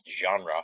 genre